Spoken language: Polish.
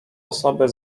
osoby